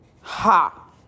ha